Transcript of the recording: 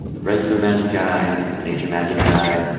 regular magic guy, nature magic guy,